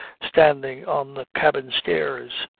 standing on the cabin stairs.